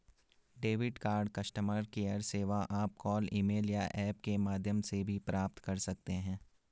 debit card customer care सेवा आप call email या ऐप के माध्यम से भी प्राप्त कर सकते हैं